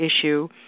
issue